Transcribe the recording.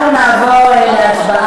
יש יותר דיווח.